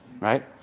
right